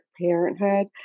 parenthood